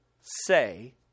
say